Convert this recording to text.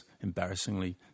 embarrassingly